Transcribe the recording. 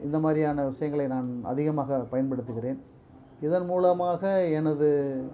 இந்த மாதிரியான விஷயங்களை நான் அதிகமாக பயன்படுத்துகிறேன் இதன் மூலமாக எனது